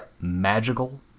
Magical